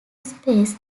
space